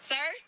Sir